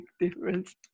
difference